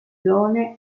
zone